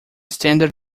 standard